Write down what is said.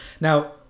Now